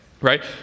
right